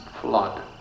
flood